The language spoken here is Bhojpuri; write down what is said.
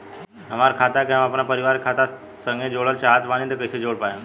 हमार खाता के हम अपना परिवार के खाता संगे जोड़े चाहत बानी त कईसे जोड़ पाएम?